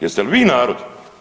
Jeste li vi narod?